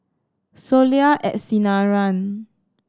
Soleil at Sinaran